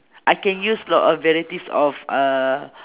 I can use lot of varieties of uh